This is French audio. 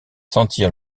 sentir